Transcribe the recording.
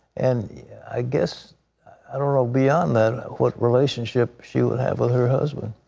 and i guess i don't know beyond that what relationship she'll have with her husband.